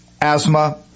asthma